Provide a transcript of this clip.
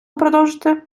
продовжити